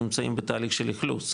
נמצאים בתהליך של אכלוס,